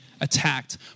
attacked